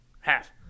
Half